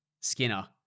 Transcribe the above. Skinner